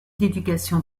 d’éducation